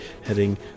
heading